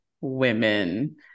women